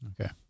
Okay